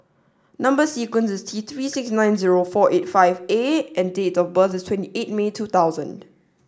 number sequence is T three six nine four eight five A and date of birth is twenty eight May two thousand